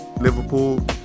Liverpool